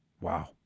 Wow